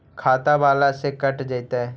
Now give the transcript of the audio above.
खाता बाला से कट जयतैय?